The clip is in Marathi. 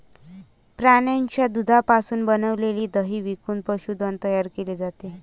प्राण्यांच्या दुधापासून बनविलेले दही विकून पशुधन तयार केले जाते